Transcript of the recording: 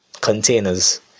containers